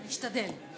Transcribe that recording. אשתדל.